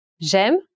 J'aime